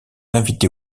invité